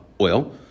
oil